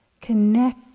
Connect